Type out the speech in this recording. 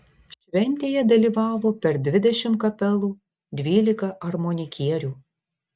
šventėje dalyvavo per dvidešimt kapelų dvylika armonikierių